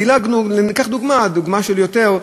דילגנו, ניקח דוגמה, דוגמה של יותר,